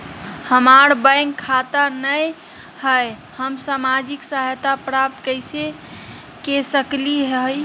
हमार बैंक खाता नई हई, हम सामाजिक सहायता प्राप्त कैसे के सकली हई?